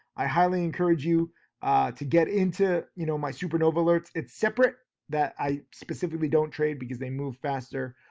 i highly encourage you to get into, you know, my supernova alerts, it's separate that i specifically don't trade, because they move faster.